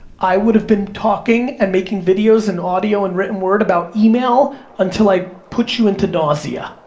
i would've been talking and making videos and audio and written word about email until i put you into nausea.